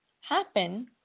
happen